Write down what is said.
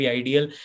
ideal।